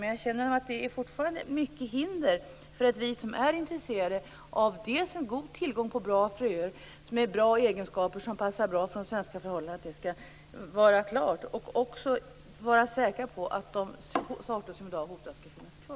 Men jag känner att det fortfarande finns stora hinder för att vi som är intresserade av en god tillgång på bra fröer med bra egenskaper som passar bra för de svenska förhållanden kan få detta och också vara säkra på att de sorter som i dag hotas skall finnas kvar.